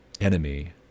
enemy